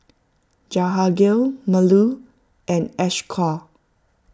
Jehangirr Bellur and Ashoka